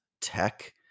tech